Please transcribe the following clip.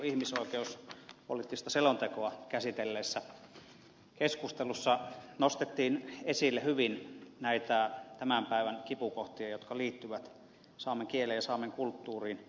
keskiviikon ihmisoikeuspoliittista selontekoa käsitelleessä keskustelussa nostettiin esille hyvin näitä tämän päivän kipukohtia jotka liittyvät saamen kieleen ja saamen kulttuuriin